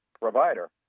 provider